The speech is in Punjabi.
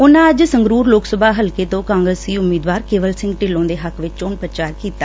ਉਨਾਂ ਅੱਜ ਸੰਗਰੁਰ ਲੋਕ ਸਭਾ ਹਲਕੇ ਤੋਂ ਕਾਂਗਰਸੀ ਉਮੀਦਵਾਰ ਕੇਵਲ ਸਿੰਘ ਢਿੱਲੋਂ ਦੇ ਹੱਕ ਵਿਚ ਚੋਣ ਪ੍ਰਚਾਰ ਕੀਤਾ